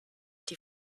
die